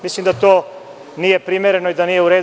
Mislim da to nije primereno i da nije u redu.